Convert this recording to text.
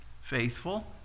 Faithful